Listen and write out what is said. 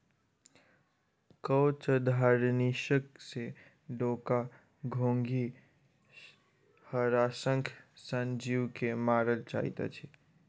कवचधारीनाशक सॅ डोका, घोंघी, हराशंख सन जीव के मारल जाइत अछि